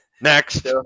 Next